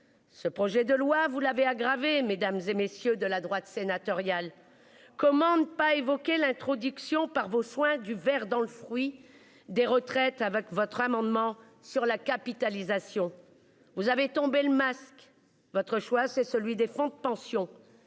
Ce projet de loi, vous l'avez aggravé mesdames et messieurs de la droite sénatoriale commande pas évoquer l'introduction par vos soins du ver dans le fruit des retraites avec votre amendement sur la capitalisation. Vous avez tomber le masque. Votre choix, c'est celui des fonds de pension.